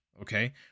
okay